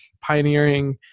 pioneering